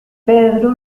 pedro